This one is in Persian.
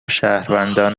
شهروندان